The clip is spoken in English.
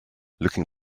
looking